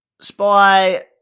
Spy